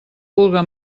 vulga